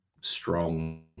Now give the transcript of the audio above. strong